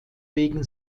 wegen